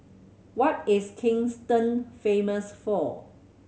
what is Kingston famous for